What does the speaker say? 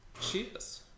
Cheers